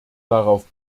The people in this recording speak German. darauf